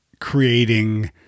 creating